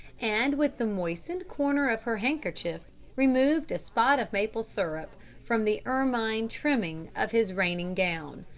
and with the moistened corner of her handkerchief removed a spot of maple syrup from the ermine trimming of his reigning gown.